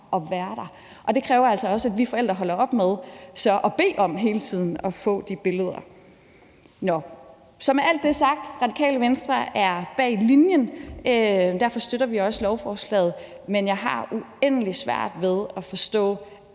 at være der, og det kræver altså så også, at vi forældre holder op med og bede om hele tiden at få de billeder. Så med alt det sagt bakker Radikale Venstre op om linjen i det, og derfor støtter vi også lovforslaget. Men jeg har uendelig svært ved at forstå,